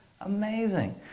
Amazing